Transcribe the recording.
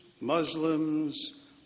Muslims